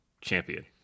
champion